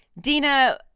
Dina